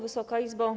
Wysoka Izbo!